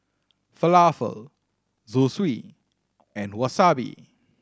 Falafel Zosui and Wasabi